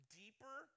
deeper